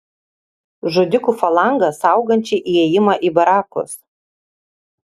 žudikų falangą saugančią įėjimą į barakus